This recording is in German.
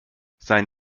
sein